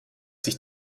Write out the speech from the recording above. sich